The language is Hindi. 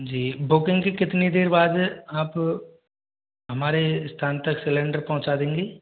जी बुकिंग के कितनी देर बाद आप हमारे स्थान तक सिलेंडर पहुँचा देंगे